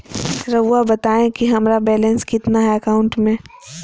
रहुआ बताएं कि हमारा बैलेंस कितना है अकाउंट में?